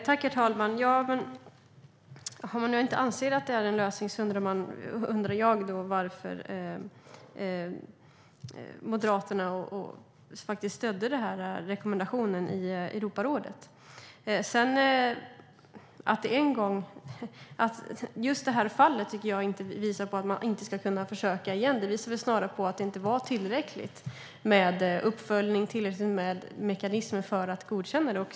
Herr talman! Om man inte anser att det är en lösning undrar jag varför Moderaterna stödde rekommendationen i Europarådet. Just det här fallet tycker jag inte visar att man inte ska kunna försöka igen, utan det visar väl snarare att det inte var tillräckligt med uppföljning, tillräckligt med mekanismer för att godkänna det.